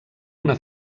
una